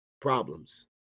problems